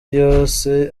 yose